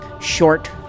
Short